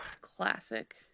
classic